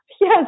yes